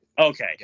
Okay